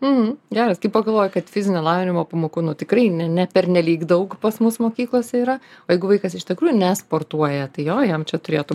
mm geras kai pagalvoju kad fizinio lavinimo pamokų tikrai ne pernelyg daug pas mus mokyklose yra o jeigu vaikas iš tikrųjų nesportuoja tai jo jam čia turėtų